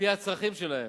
ועל-פי הצרכים שלהן.